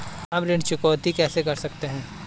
हम ऋण चुकौती कैसे कर सकते हैं?